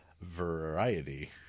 variety